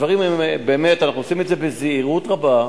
הדברים הם, באמת, אנחנו עושים את זה בזהירות רבה.